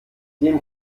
dem